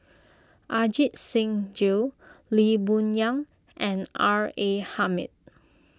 Ajit Singh Gill Lee Boon Yang and R A Hamid